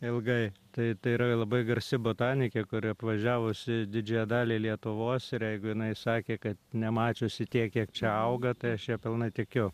ilgai tai tai yra labai garsi botanikė kuri apvažiavusi didžiąją dalį lietuvos ir jeigu jinai sakė kad nemačiusi tiek kiek čia auga tai aš ja pilnai tikiu